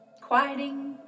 quieting